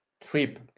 trip